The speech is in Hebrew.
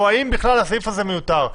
או האם בכלל הסעיף הזה מיותר?